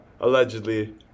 allegedly